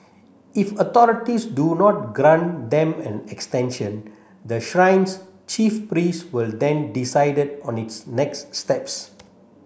if authorities do not grant them an extension the shrine's chief priest will then decided on its next steps